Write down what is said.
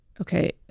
Okay